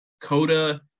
Coda